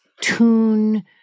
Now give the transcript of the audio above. tune